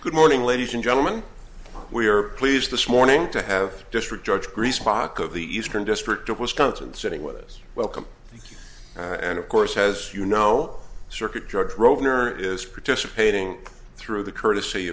good morning ladies and gentlemen we are pleased this morning to have district judge grease spock of the eastern district of wisconsin sitting with us welcome and of course as you know circuit judge wrote here is participating through the courtesy